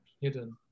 hidden